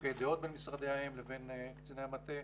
חילוקי דעות בין משרדי האם לבין קציני המטה,